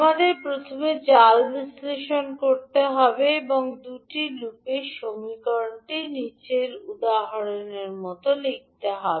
আমাদের প্রথমে নেট বিশ্লেষণ ব্যবহার করতে হবে এবং এই 2 টি লুপের সমীকরণটি লিখতে হবে